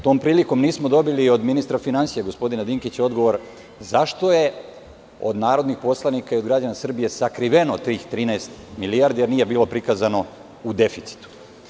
Tom prilikom nismo dobili od ministra finansija, gospodina Dinkića, odgovor zašto je od narodnih poslanika i od građana Srbije sakriveno tih 13 milijardi jer nije bilo prikazano u deficitu.